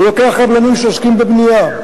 הוא ייקח קבלנים שעוסקים בבנייה.